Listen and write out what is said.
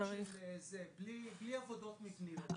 כמה זה עולה בלי עבודות מבניות?